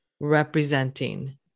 representing